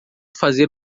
fazer